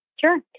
Sure